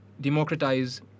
democratize